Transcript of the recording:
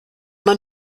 man